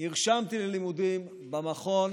נרשמתי ללימודים במכון